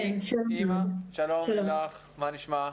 היו לזה אולי יתרונות אבל התפיסה שלנו אומרת שלילד יש בית,